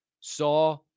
saw